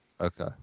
Okay